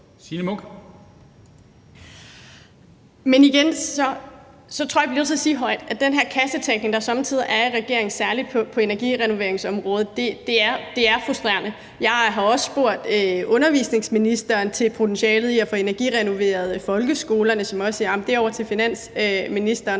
Signe Munk (SF): Men igen tror jeg, at vi er nødt til at sige højt, at den her kassetænkning, der somme tider er i regeringen, særlig på energirenoveringsområdet, er frustrerende. Jeg har også spurgt undervisningsministeren til potentialet i at få energirenoveret folkeskolerne, som også siger, at det er ovre hos finansministeren,